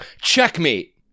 Checkmate